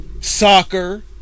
Soccer